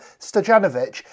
Stojanovic